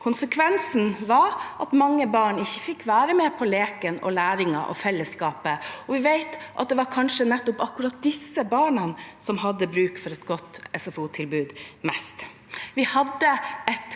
Konsekvensen var at mange barn ikke fikk være med på leken, læringen og fellesskapet, og vi vet at det kanskje var akkurat disse barna som hadde mest bruk for et godt SFO-tilbud. Vi hadde et